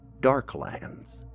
darklands